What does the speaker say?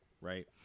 right